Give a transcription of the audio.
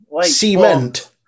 cement